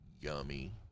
Yummy